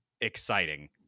exciting